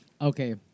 Okay